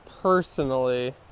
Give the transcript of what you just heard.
personally